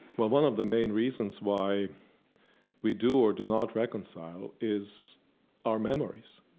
well, one of the main reasons why we do or do not reconcile is our memories.